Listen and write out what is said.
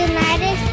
United